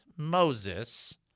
Moses